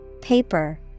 paper